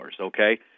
okay